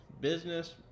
business